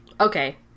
Okay